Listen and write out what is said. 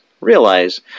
realize